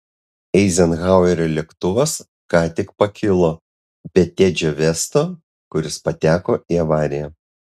eizenhauerio lėktuvas ką tik pakilo be tedžio vesto kuris pateko į avariją